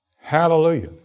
Hallelujah